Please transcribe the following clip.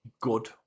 good